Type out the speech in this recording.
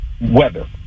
weather